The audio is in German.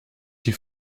die